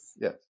Yes